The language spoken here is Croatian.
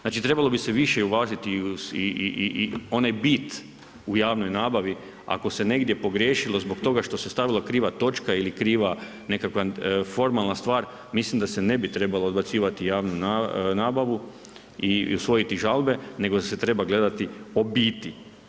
Znači trebalo bi se više uvažiti i onaj bit u javnoj nabavi, ako se negdje pogriješilo zbog toga što se stavila kriva točka ili kriva nekakva formalna stvar, mislim da se ne bi trebalo odbacivati javnu nabavu i usvojiti žalbe, nego da se treba gledati o biti.